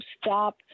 stop